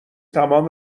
تمام